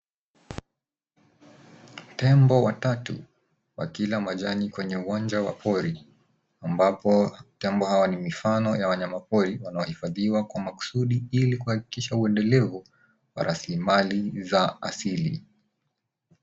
Tembo watatu wakila majani kwenye uwanja wa pori ambapo tembo hawa ni mifano ya wanyama pori wanaohifadhiwa kwa makusudi ili kuhakikisha uendelevu wa rasilimali za asili.